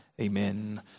Amen